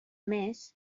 més